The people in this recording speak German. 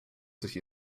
sich